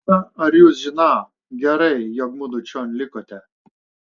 na ar jūs žiną gerai jog mudu čion likote